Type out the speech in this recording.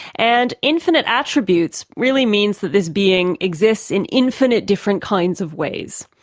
and infinite attributes really means that this being exists in infinite different kinds of ways.